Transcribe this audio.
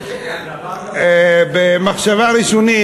במחשבה ראשונית,